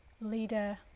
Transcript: leader